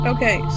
Okay